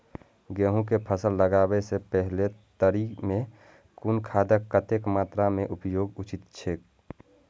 गेहूं के फसल लगाबे से पेहले तरी में कुन खादक कतेक मात्रा में उपयोग उचित छेक?